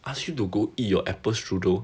I ask you to go eat your a e strudel